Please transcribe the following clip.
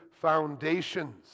foundations